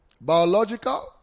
Biological